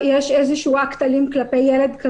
יש איזשהו אקט אלים כלפי איזה ילד.